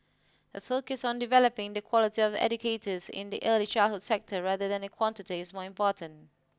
a focus on developing the quality of educators in the early childhood sector rather than quantity is more important